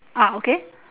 ah okay